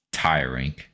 tiring